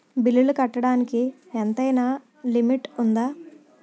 బిల్లులు కట్టడానికి ఎంతైనా లిమిట్ఉందా?